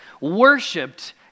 worshipped